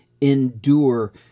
endure